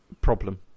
problem